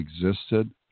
existed